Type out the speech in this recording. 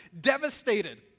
devastated